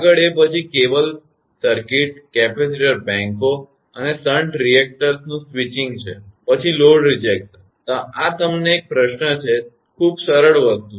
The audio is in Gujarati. આગળ એ પછી કેબલ સર્કિટ કેપેસિટર બેંકો અને શન્ટ રિએક્ટર્સનું સ્વિચિંગ છે પછી લોડ રિજેક્શન આ તમને એક પ્રશ્ન છે કે ખૂબ જ સરળ વસ્તુ